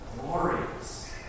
glorious